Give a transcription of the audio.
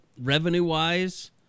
revenue-wise